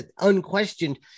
unquestioned